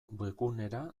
webgunera